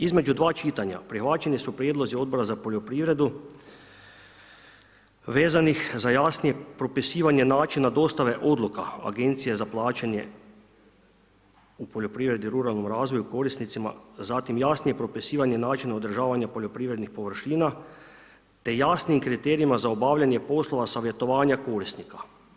Između dva čitanja prihvaćeni su prijedlozi Odbora za poljoprivredu vezanih za jasnije propisivanje načina dostave odluka Agencije za plaćanje u poljoprivredi i ruralnom korisnicima, zatim jasnije propisivanje načina održavanja poljoprivrednih površina te jasnijim kriterijima za obavljanje poslova savjetovanja korisnika.